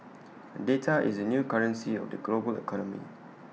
data is the new currency of the global economy